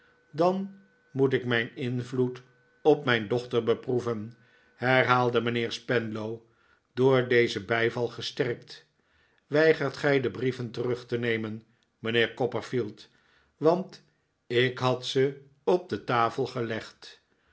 dan moet ik mijn invloed op mijn dochter beproeven herhaalde mijnheer spenlow door dezen bijval gesterkt weigert gij die brieven terug te nemen mijnheer copperfield want ik had ze op de tafel gelegd